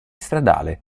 stradale